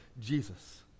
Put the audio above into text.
Jesus